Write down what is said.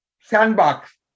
sandbox